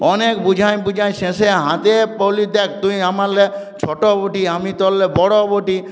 অনেক বুঝাইন বুঝাইন শেষে হাতে পল্লি দ্যাখ তুই আমার লে ছোট বটি আমি তোর লে বড় বটি